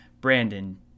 Brandon